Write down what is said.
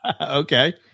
Okay